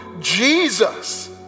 Jesus